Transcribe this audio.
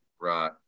Right